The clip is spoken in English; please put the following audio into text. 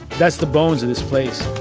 that's the bones of this place